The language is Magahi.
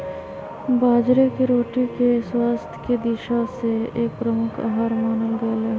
बाजरे के रोटी के स्वास्थ्य के दिशा से एक प्रमुख आहार मानल गयले है